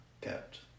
kept